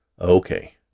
Okay